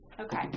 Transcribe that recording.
Okay